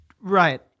right